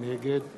נגד